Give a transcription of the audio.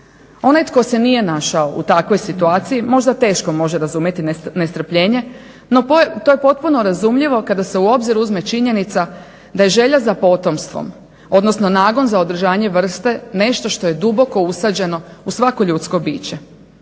Onaj tko se nije našao u takvoj situaciju možda teško može razumjeti nestrpljenje no to je potpuno razumljivo kada se u obzir uzme činjenica da je želja za potomstvom odnosno nagon za održanje vrste nešto što je duboko usađeno u svako ljudsko biće.